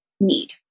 need